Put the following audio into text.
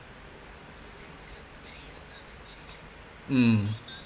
mm